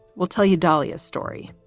we'll tell you dalia's story.